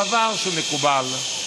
דבר שמקובל,